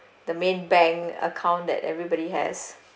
the main bank account that everybody has